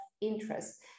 interest